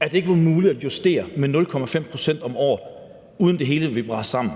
at det ikke var muligt at justere med 0,5 pct. om året, uden at det hele ville brase sammen,